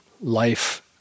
life